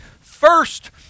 first